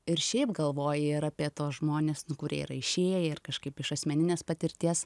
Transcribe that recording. ir šiaip galvoju ir apie tuos žmones kurie yra išėję ir kažkaip iš asmeninės patirties